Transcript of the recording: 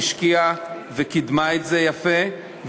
שהשקיעה וקידמה את זה יפה,